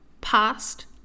past